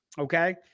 Okay